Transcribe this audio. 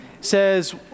says